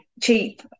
cheap